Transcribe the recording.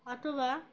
অথবা